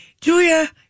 Julia